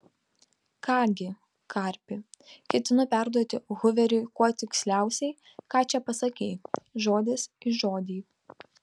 ką gi karpi ketinu perduoti huveriui kuo tiksliausiai ką čia pasakei žodis į žodį